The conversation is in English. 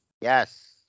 Yes